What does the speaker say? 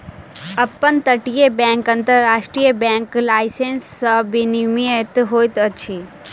up तटीय bank अन्तर्राष्ट्रीय bank licence सॅ विनियमित होइत अछि